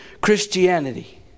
Christianity